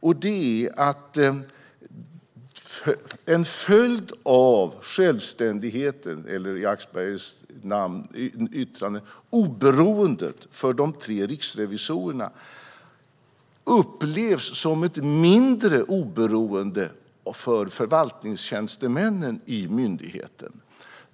Det handlar om att en följd av självständigheten, eller i Axbergers yttrande "oberoendet", för de tre riksrevisorerna är att den upplevs som ett mindre oberoende för förvaltningstjänstemännen i myndigheten.